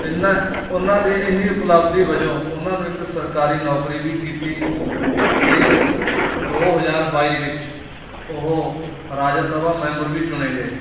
ਇਹਨਾਂ ਉਹਨਾਂ ਦੀ ਇੰਨੀ ਉਪਲੱਬਧੀ ਵਜੋਂ ਉਹਨਾਂ ਨੂੰ ਇੱਕ ਸਰਕਾਰੀ ਨੌਕਰੀ ਵੀ ਕੀਤੀ ਅਤੇ ਦੋ ਹਜ਼ਾਰ ਬਾਈ ਵਿੱਚ ਉਹ ਰਾਜ ਸਭਾ ਮੈਂਬਰ ਵੀ ਚੁਣੇ ਗਏ